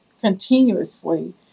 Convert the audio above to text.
continuously